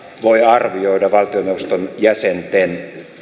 voivat arvioida valtioneuvoston jäsenten